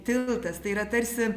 tiltas tai yra tarsi